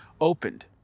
opened